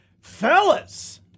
Fellas